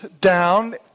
down